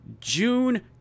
June